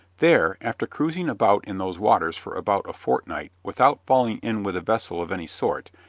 there, after cruising about in those waters for about a fortnight without falling in with a vessel of any sort,